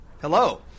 Hello